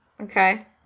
okay